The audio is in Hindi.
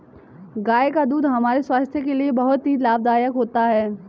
गाय का दूध हमारे स्वास्थ्य के लिए बहुत ही लाभदायक होता है